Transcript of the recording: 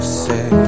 say